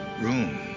room